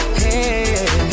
hey